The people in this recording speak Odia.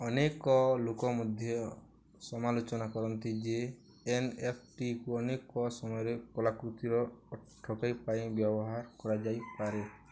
ଅନେକ ଲୋକ ମଧ୍ୟ ସମାଲୋଚନା କରନ୍ତି ଯେ ଏନ୍ଏଫ୍ଟିକୁ ଅନେକ ସମୟରେ କଲାକୃତିର ଠକେଇ ପାଇଁ ବ୍ୟବହାର କରାଯାଇପାରେ